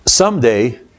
Someday